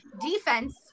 Defense